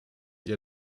ihr